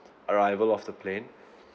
arrival of the plane